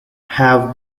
have